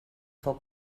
fou